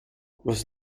was